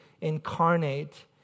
incarnate